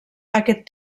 aquest